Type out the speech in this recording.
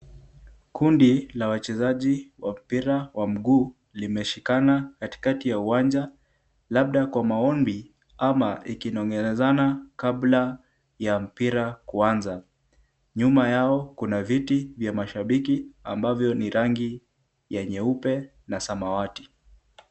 Kundi la wachezaji wa mpira wa mguu limeshikana katikati ya uwanja labda kwa maombi ama ikinongonezana kabla ya mpira kuanza, nyuma yao kuna viti vya mashabiki ambavyo ni rangi nyeupe na samawati.